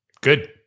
good